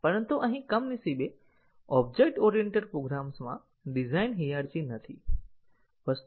પરંતુ અહીં કમનસીબે ઓબ્જેક્ટ ઓરિએન્ટેડ પ્રોગ્રામમાં ડિઝાઇન હાયરરકી નથી